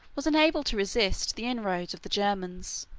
was unable to resist, the inroads of the germans.